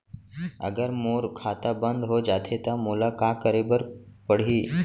अगर मोर खाता बन्द हो जाथे त मोला का करे बार पड़हि?